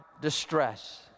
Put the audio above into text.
distress